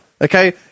Okay